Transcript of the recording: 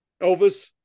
Elvis